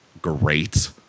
great